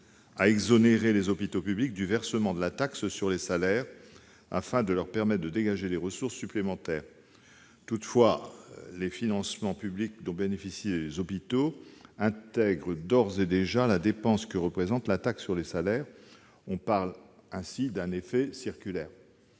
à exonérer les hôpitaux publics du versement de la taxe sur les salaires, afin de leur permettre de dégager des ressources supplémentaires. Toutefois, les financements publics dont bénéficient les hôpitaux intègrent d'ores et déjà la dépense que représente cette taxe. On parle ainsi d'un effet circulaire